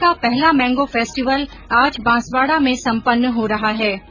राज्य का पहला मैंगो फेस्टिवल आज बांसवाडा में सम्पन्न हो रहा है